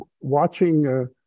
watching